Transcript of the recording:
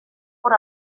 por